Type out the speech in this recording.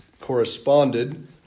corresponded